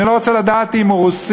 אני לא רוצה לדעת אם הוא רוסי,